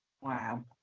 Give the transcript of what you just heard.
Wow